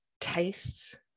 tastes